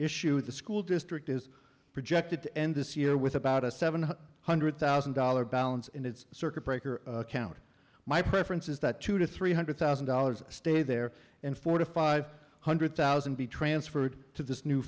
school district is projected to end this year with about a seven hundred thousand dollars balance in its circuit breaker county my preference is that two to three hundred thousand dollars stay there in four to five hundred thousand be transferred to this new